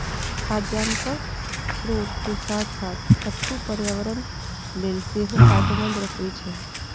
खाद्यान्नक स्रोत के साथ साथ कट्टू पर्यावरण लेल सेहो फायदेमंद होइ छै